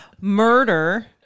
Murder